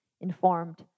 informed